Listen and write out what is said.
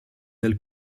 del